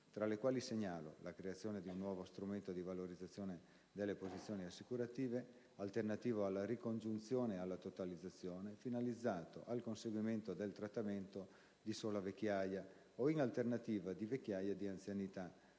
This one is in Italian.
tra le quali segnalo: la creazione di un nuovo strumento di valorizzazione delle posizioni assicurative - alternativo alla ricongiunzione e alla totalizzazione - finalizzato al conseguimento del trattamento di sola vecchiaia o, in alternativa, di vecchiaia e di anzianità